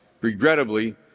Regrettably